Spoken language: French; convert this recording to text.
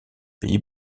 pays